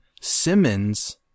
Simmons